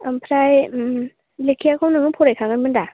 ओमफ्राय लेखाखौ नोङो फराय खाबायमोन दा